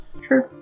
True